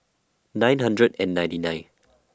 nine hundred and ninety nine